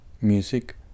music